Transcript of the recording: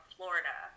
Florida